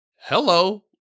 Hello